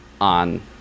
on